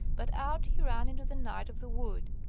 but out he ran into the night of the wood.